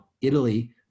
Italy